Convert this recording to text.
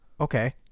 Okay